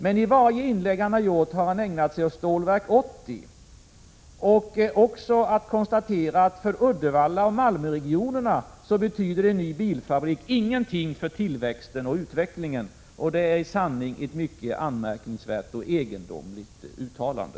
Men i varje inlägg har han ägnat sig åt Stålverk 80, och dessutom har han konstaterat att en ny bilfabrik ingenting betyder för tillväxten och utvecklingen i Uddevallaoch Malmöregionerna. Detta är i sanning ett mycket anmärkningsvärt och egendomligt uttalande.